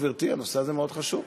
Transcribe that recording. גברתי, הנושא הזה מאוד חשוב.